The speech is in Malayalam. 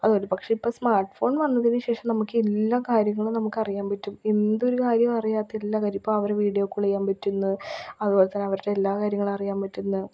അത് ഒരുപക്ഷെ ഇപ്പം സ്മാർട്ട് ഫോൺ വന്നതിന് ശേഷം നമുക്ക് എല്ലാ കാര്യങ്ങളും നമുക്ക് അറിയാൻ പറ്റും എന്തൊരു കാര്യം അറിയാത്ത എല്ലാ കാര്യവും ഇപ്പം അവരെ വീഡിയോ കോള് ചെയ്യാൻ പറ്റുന്നു അതുപോലെ തന്നെ അവരുടെ എല്ലാ കാര്യങ്ങളും അറിയാൻ പറ്റും എന്ന്